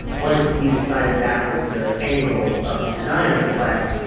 once we decided that was the angle of the design of the quest.